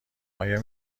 آیا